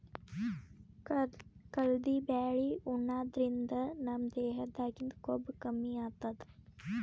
ಕಲ್ದಿ ಬ್ಯಾಳಿ ಉಣಾದ್ರಿನ್ದ ನಮ್ ದೇಹದಾಗಿಂದ್ ಕೊಬ್ಬ ಕಮ್ಮಿ ಆತದ್